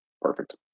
Perfect